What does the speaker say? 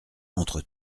entre